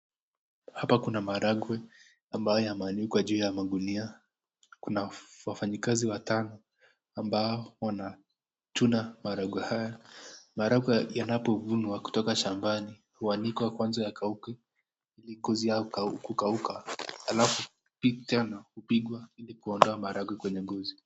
Hapa kuna maharagwe ambayo yameanikwa juu ya magunia . Kuna wafanyikazi watano ambao wanachuna maharagwe haya . Maharagwe yanapovunwa kutoka shambani huanikwa kwanza yakauke ili ngozi yao kukauka alafu hupigwa ili kuondoa maharagwe kwenye ngozi.